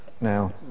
now